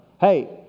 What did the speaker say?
Hey